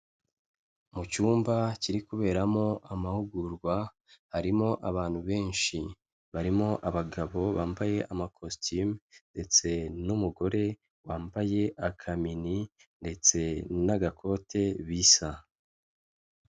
Mu cyumba kiri kuberamo amahugurwa, harimo abantu benshi, barimo abagabo bambaye amakositimu ndetse n'umugore wambaye akamini ndetse n'agakote bisa.